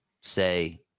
say